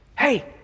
hey